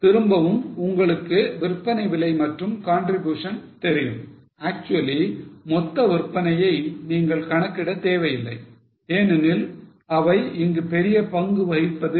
திரும்பவும் உங்களுக்கு விற்பனை விலை மற்றும் contribution தெரியும் actually மொத்தவிற்பனையை நீங்கள் கணக்கிட தேவையில்லை ஏனெனில் அவை இங்கு பெரிய பங்கு வகிப்பது இல்லை